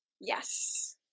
yes